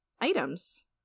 items